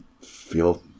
feel